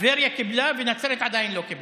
טבריה קיבלה ונצרת עדיין לא קיבלה.